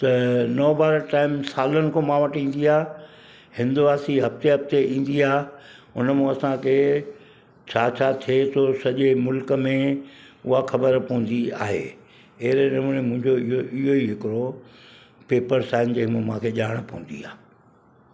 त नव भारत टाइम्स सालनि खां मां वटि ईंदी आहे हिंदवासी हफ़्ते हफ़्ते ईंदी आहे उन मां असांखे छा छा थिए थो सॼे मुल्क़ में हूअ ख़बर पवंदी आहे अहिड़े नमूने मुंहिजो इहेई हिकिड़ो पेपर सां ई मूंखे ॼाण पवंदी आहे